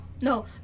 No